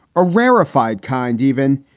a rarefied kind even.